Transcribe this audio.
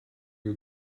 you